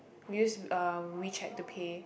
we use uh WeChat to pay